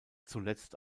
zuletzt